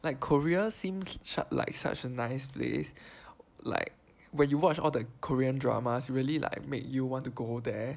like Korea seems like such a nice place like when you watch all the Korean dramas really like make you want to go there